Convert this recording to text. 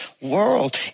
world